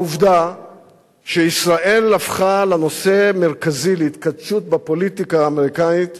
העובדה שישראל הפכה לנושא מרכזי להתכתשות בפוליטיקה האמריקנית